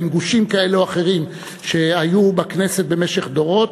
בין גושים כאלה או אחרים שהיו בכנסת במשך דורות,